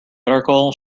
article